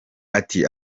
ati